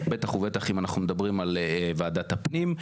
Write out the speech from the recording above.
בטח ובטח אם אנחנו מדברים על ועדת הפנים,